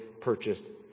purchased